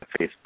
Facebook